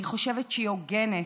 אני חושבת שהיא הוגנת,